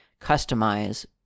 customize